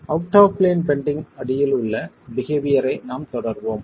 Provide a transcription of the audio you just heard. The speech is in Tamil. அவுட் ஆஃப் பிளேன் பெண்டிங் அடியில் உள்ள பிஹெவியர்ரை நாம் தொடர்வோம்